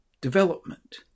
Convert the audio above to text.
development